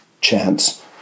chance